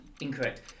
Incorrect